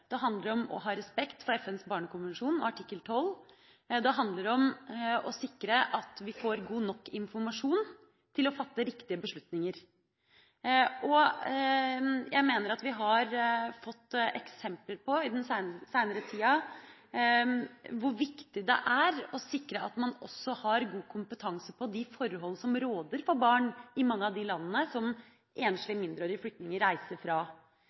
det handler om å ha respekt for FNs barnekonvensjon artikkel 12, det handler om å sikre at vi får god nok informasjon til å fatte riktige beslutninger. Jeg mener at vi den senere tida har fått eksempler på hvor viktig det er å sikre at man også har god kompetanse på de forhold som råder for barn i mange av de landene som enslige mindreårige flyktninger reiser fra.